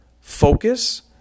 focus